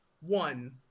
One